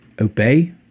obey